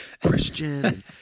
Christian